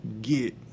get